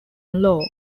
law